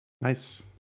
Nice